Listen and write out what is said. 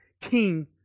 king